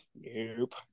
nope